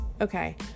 Okay